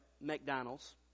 McDonald's